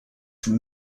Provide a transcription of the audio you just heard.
from